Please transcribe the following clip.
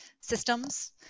systems